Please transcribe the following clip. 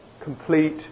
complete